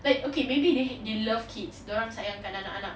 like okay maybe they they love kids dorang sayangkan anak-anak